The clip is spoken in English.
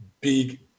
big